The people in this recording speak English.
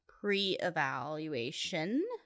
pre-evaluation